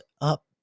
up